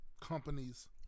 companies